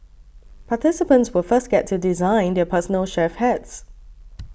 participants will first get to design their personal chef hats